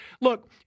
look